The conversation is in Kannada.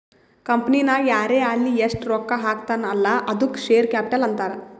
ಕಂಪನಿನಾಗ್ ಯಾರೇ ಆಲ್ಲಿ ಎಸ್ಟ್ ರೊಕ್ಕಾ ಹಾಕ್ತಾನ ಅಲ್ಲಾ ಅದ್ದುಕ ಶೇರ್ ಕ್ಯಾಪಿಟಲ್ ಅಂತಾರ್